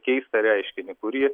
keistą reiškinį kurį